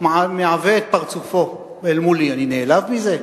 מעווה את פרצופו אל מולי, אני נעלב מזה?